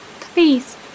Please